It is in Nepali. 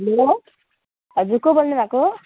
हेलो हजुर को बोल्नुभएको